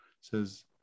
says